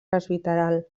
presbiteral